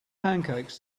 pancakes